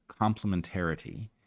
complementarity